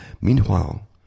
Meanwhile